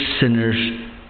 sinners